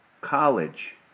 College